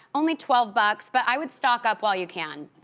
only twelve bucks, but i would stock up while you can,